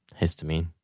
histamine